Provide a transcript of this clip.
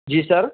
جی سر